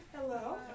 Hello